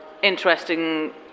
interesting